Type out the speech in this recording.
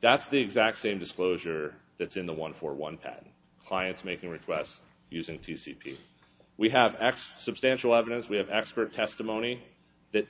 that's the exact same disclosure that's in the one for one path clients making requests using t c p we have x substantial evidence we have expert testimony that